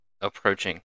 approaching